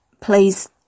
please